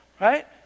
right